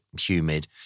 humid